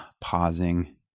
pausing